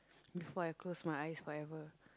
before I close my eyes forever